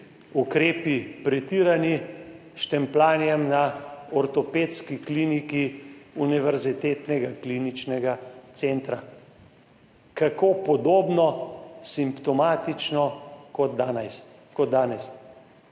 ukrepi, s štempljanjem na Ortopedski kliniki Univerzitetnega kliničnega centra, kako podobno simptomatično kot danes.